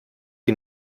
die